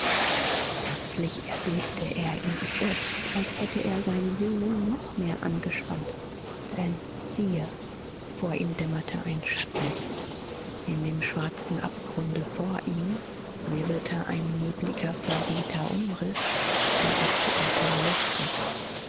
plötzlich erbebte er in sich selbst als hätte er sein sehnen noch mehr angespannt denn siehe vor ihm dämmerte ein schatten in dem schwarzen abgrunde vor ihm wirbelte ein nebliger verwehter umriß der erzitterte leuchtend